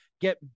get